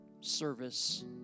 service